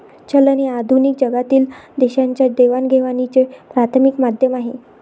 चलन हे आधुनिक जगातील देशांच्या देवाणघेवाणीचे प्राथमिक माध्यम आहे